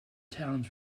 towns